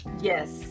Yes